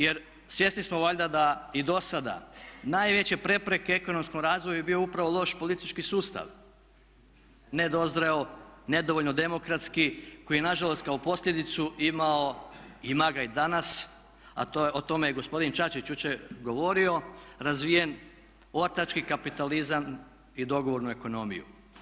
Jer svjesni smo valjda da i do sada najveće prepreke ekonomskom razvoju je bio upravo loš politički sustav, nedozreo, nedovoljno demokratski, koji je na žalost kao posljedicu imao, ima ga i danas, a o tome je gospodin Čačić jučer govorio razvijen ortački kapitalizam i dogovornu ekonomiju.